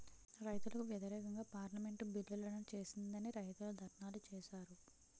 రైతులకు వ్యతిరేకంగా పార్లమెంటు బిల్లులను చేసిందని రైతులు ధర్నాలు చేశారు